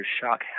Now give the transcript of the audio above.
shock